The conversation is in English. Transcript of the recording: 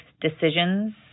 decisions